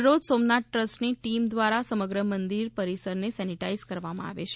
દરરોજ સોમનાથ ટ્રસ્ટની ટીમ દ્વારા સમગ્ર મંદિર પરિસરને સેનેટાઇઝ કરવામાં આવે છે